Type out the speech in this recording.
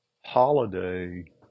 holiday